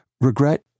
regret